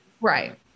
right